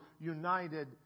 united